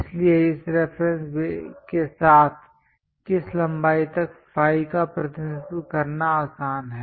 इसलिए इस रेफरेंस के साथ किस लंबाई तक फाई का प्रतिनिधित्व करना आसान है